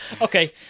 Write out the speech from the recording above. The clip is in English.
Okay